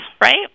right